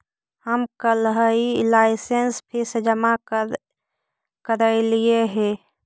हम कलहही licence fees जमा करयलियइ हे